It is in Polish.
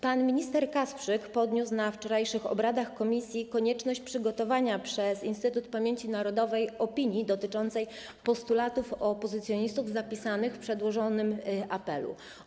Pan minister Kasprzyk podniósł na wczorajszych obradach komisji konieczność przygotowania przez Instytut Pamięci Narodowej opinii dotyczącej postulatów opozycjonistów zapisanych w przedłożonym apelu.